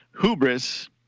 Hubris